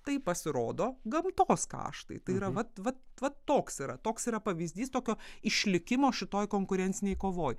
tai pasirodo gamtos kaštai tai yra vat vat vat toks yra toks yra pavyzdys tokio išlikimo šitoj konkurencinėj kovoj